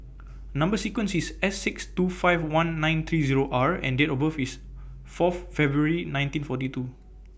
Number sequence IS S six two five one nine three Zero R and Date of birth IS Fourth February nineteen forty two